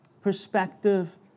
perspective